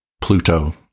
pluto